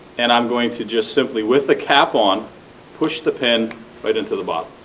and i am going to just simply-with the cap on push the pin right into the bottle.